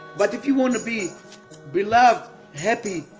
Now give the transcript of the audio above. but if you want to be beloved, happy,